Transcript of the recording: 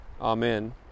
Amen